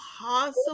impossible